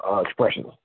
expressions